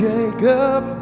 Jacob